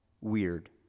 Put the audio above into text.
Weird